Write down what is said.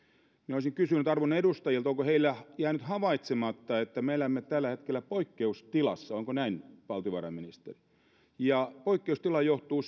olisin kysynyt arvon edustajilta onko heillä jäänyt havaitsematta että me elämme tällä hetkellä poikkeustilassa onko näin valtiovarainministeri ja poikkeustila johtuu